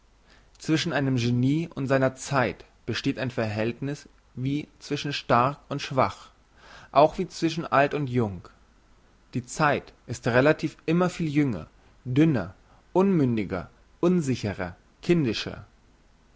zwischen einem genie und seiner zeit besteht ein verhältniss wie zwischen stark und schwach auch wie zwischen alt und jung die zeit ist relativ immer viel jünger dünner unmündiger unsicherer kindischer